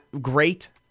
great